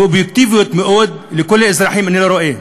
ואובייקטיביות לכל האזרחים אני לא רואה.